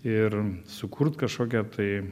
ir sukurt kažkokią tai